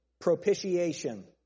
propitiation